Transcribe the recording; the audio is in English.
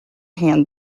hand